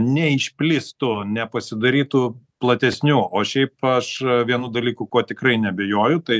neišplistų nepasidarytų platesniu o šiaip aš vienu dalyku kuo tikrai neabejoju tai